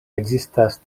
ekzistas